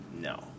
No